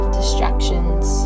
distractions